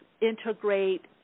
integrate